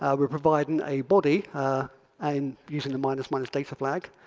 ah we're providing a body and using the minus, minus data flag.